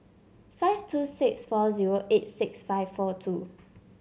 five two six four zero eight six five four two